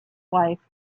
wife